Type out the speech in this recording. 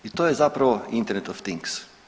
I to je zapravo internet of thing.